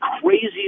crazy